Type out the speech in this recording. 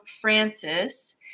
francis